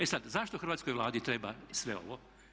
E sad, zašto Hrvatskoj vladi treba sve ovo?